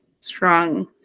strong